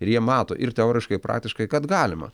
ir jie mato ir teoriškai ir praktiškai kad galima